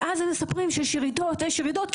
ואז הם מספרים שיש ירידות ויש ירידות,